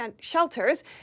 shelters